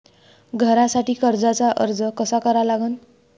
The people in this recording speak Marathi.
घरासाठी कर्जाचा अर्ज कसा करा लागन?